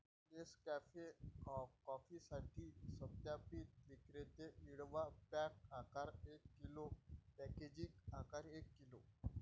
Nescafe कॉफीसाठी सत्यापित विक्रेते मिळवा, पॅक आकार एक किलो, पॅकेजिंग आकार एक किलो